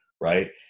right